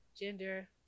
gender